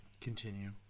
Continue